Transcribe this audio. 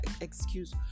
excuse